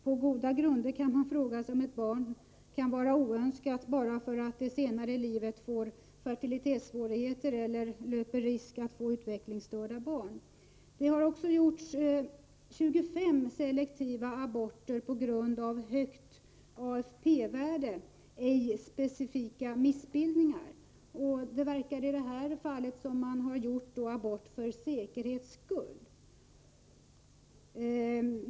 På goda grunder kan man fråga sig om ett barn är oönskat bara därför att det senare i livet får fertilitetssvårigheter eller löper risk att få utvecklingsstörda barn. Det har också gjorts 25 selektiva aborter på grund av högt AFP-värde — ej specifika missbildningar. Det förefaller som om man i dessa fall har gjort abort för säkerhets skull.